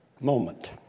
moment